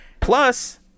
Plus